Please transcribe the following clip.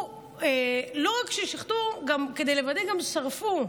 לא רק ששחטו, כדי לוודא, גם שרפו.